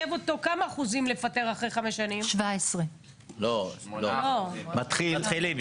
8% ממתגייסי 2017 168. כרגע יש לנו לא מעט מתפטרים,